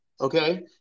okay